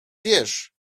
wiesz